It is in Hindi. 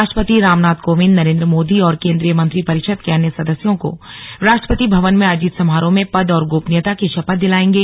राष्ट्रपति रामनाथ कोविंद नरेन्द्र मोदी और केन्द्रीय मंत्रिपरिषद के अन्य सदस्यों को राष्ट्रपति भवन में आयोजित समारोह में पद और गोपनीयता की शपथ दिलाएंगे